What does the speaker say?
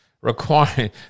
requiring